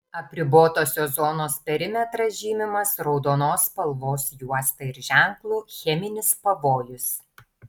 apribotosios zonos perimetras žymimas raudonos spalvos juosta ir ženklu cheminis pavojus